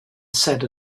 said